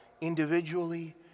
individually